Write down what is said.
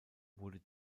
wurde